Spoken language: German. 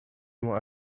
nur